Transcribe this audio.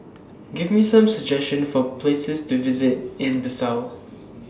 Give Me Some suggestions For Places to visit in Bissau